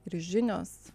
ir žinios